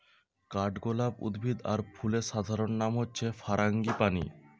কাঠগোলাপ উদ্ভিদ আর ফুলের সাধারণ নাম হচ্ছে ফারাঙ্গিপানি